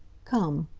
come.